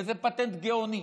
איזה פטנט גאוני.